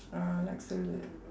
uh likes to